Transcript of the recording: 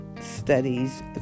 studies